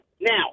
Now